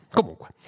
Comunque